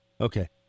Okay